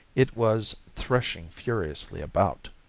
it was threshing furiously about.